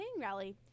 rally